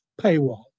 paywall